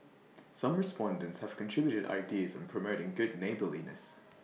some respondents have contributed ideas on promoting good neighbourliness